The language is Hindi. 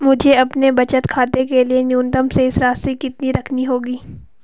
मुझे अपने बचत खाते के लिए न्यूनतम शेष राशि कितनी रखनी होगी?